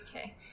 okay